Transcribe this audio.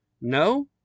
No